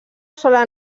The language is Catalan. sola